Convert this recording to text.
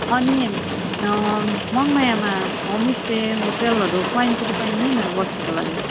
अनि मङमायामा होमस्टे होटलहरू पाइन्छ कि पाइँदैन बस्नुको लागि